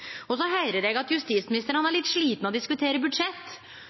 Eg høyrer at justisministeren er litt sliten av å diskutere budsjett.